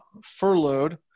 furloughed